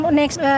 next